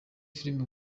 filime